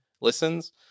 listens